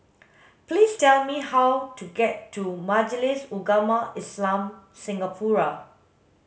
please tell me how to get to Majlis Ugama Islam Singapura